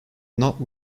not